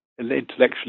intellectually